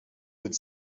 would